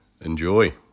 Enjoy